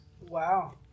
wow